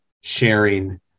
sharing